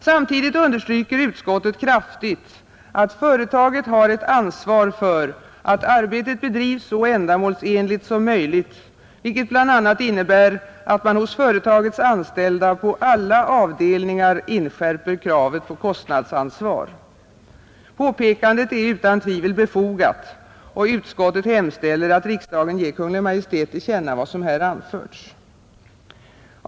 Samtidigt understryker utskottet kraftigt, att företaget har ett ansvar för att arbetet bedrivs så ändamålsenligt som möjligt, vilket bl.a. innebär att man hos företagets anställda på alla avdelningar inskärper kravet på kostnadsansvar. Påpekandet är utan tvivel befogat, och utskottet hemställer att riksdagen ger Kungl. Maj:t till känna vad som här anförts.